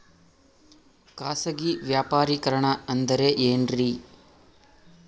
ಖಾಸಗಿ ವ್ಯಾಪಾರಿಕರಣ ಅಂದರೆ ಏನ್ರಿ?